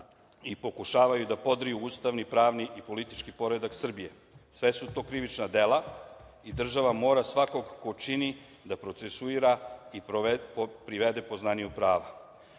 i pokušaju da podriju ustavni, pravni i politički poredak Srbije. Sve su to krivična dela i država mora svakog ko čini da procesuira i privede poznaniju